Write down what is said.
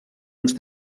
uns